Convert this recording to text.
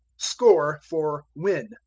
score for win,